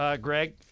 Greg